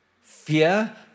Fear